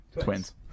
Twins